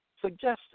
Suggested